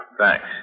thanks